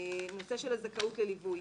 הנושא של הזכאות לליווי,